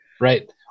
Right